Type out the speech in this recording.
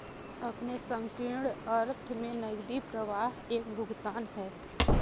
अपने संकीर्ण अर्थ में नकदी प्रवाह एक भुगतान है